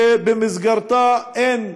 שבמסגרתה אין,